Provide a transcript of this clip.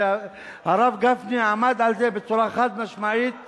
הרב גפני עמד על זה בצורה חד-משמעית,